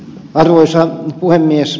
arvoisa puhemies